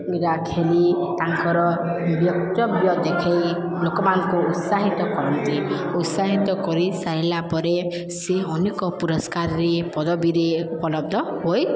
ବିରାଟ କୋହଲି ତାଙ୍କର ବ୍ୟକ୍ତିତ୍ୱ ଦେଖେଇ ଲୋକମାନଙ୍କୁ ଉତ୍ସାହିତ କରନ୍ତି ଉତ୍ସାହିତ କରିସାରିଲା ପରେ ସେ ଅନେକ ପୁରସ୍କାରରେ ପଦବୀରେ ଉପଲବ୍ଧ ହୋଇ